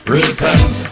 repent